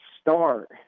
start